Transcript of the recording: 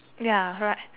ya right